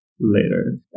later